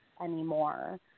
anymore